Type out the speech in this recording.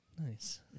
Nice